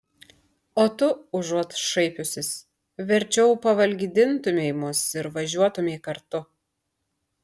o tu užuot šaipiusis verčiau pavalgydintumei mus ir važiuotumei kartu